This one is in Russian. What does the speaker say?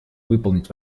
выполнить